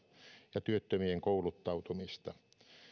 ja työttömien kouluttautumista